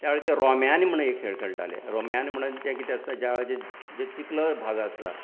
त्या वेळाचेर रोम्यांनी म्हण एक खेळ खेळटाले रोम्यांनी म्हणोन तें कितें आसता ज्या वेळाचेर जे चिकल भाग आसा